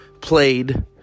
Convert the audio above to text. played